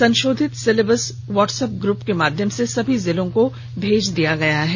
संशोधित syllabus WhatsApp group के माध्यम से सभी जिलों को भी भेज दिया गया है